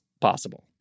possible